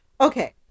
Okay